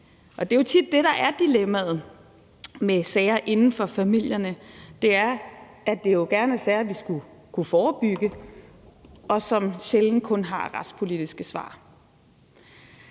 Det er jo tit det, der er dilemmaet med sager inden for familierne; det er jo gerne sager, vi skulle kunne forebygge, og som sjældent kun har retspolitiske svar.